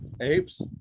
Apes